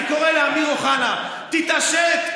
אני קורא לאמיר אוחנה: תתעשת.